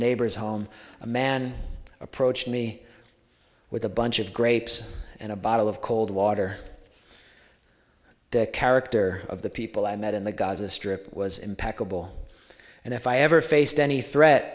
neighbor's home a man approached me with a bunch of grapes and a bottle of cold water character of the people i met in the gaza strip was impeccable and if i ever faced any threat